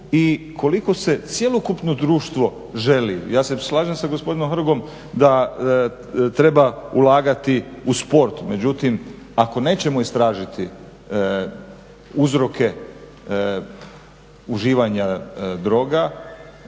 i koliko se cjelokupno društvo želi. Ja se slažem sa gospodinom Hrgom da treba ulagati u sport, međutim ako nećemo istražiti uzroke uživanja droga